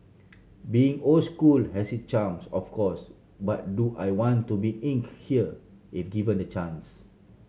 being old school has its charms of course but do I want to be inked here if given the chance